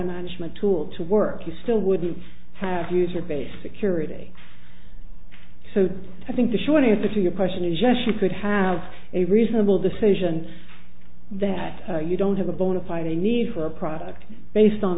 management tool to work you still wouldn't have user base security so i think the short answer to your question is yes you could have a reasonable decision that you don't have a bona fide a need for a product based on